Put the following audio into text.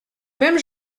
même